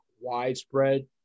widespread